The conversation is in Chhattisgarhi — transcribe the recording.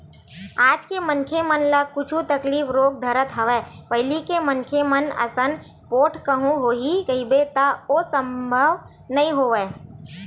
आज के मनखे मन ल कुछु तकलीफ रोग धरत हवय पहिली के मनखे मन असन पोठ कहूँ होही कहिबे त ओ संभव नई होवय